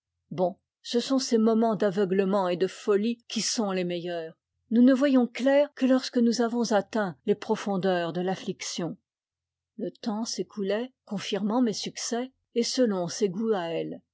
ce sont ces momens d'aveuglement et de folie qui sont les meilleurs nous ne voyons clair que lorsque nous avons atteint les profondeurs de l'affliction le temps s'écoulait confirmant mes succès et selon ses goûts à elle